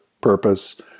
purpose